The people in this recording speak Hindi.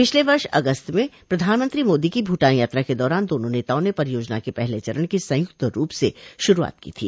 पिछले वर्ष अगस्त में प्रधानमंत्री मोदी की भूटान यात्रा के दौरान दोनों नेताओं ने परियोजना के पहले चरण की संयुक्त रूप से शुरुआत की थी